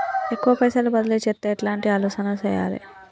ఎక్కువ పైసలు బదిలీ చేత్తే ఎట్లాంటి ఆలోచన సేయాలి?